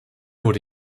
wurde